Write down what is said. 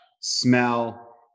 smell